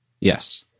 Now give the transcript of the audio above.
Yes